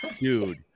dude